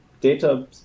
data